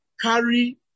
Carry